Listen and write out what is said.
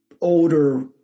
older